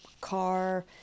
car